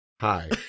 hi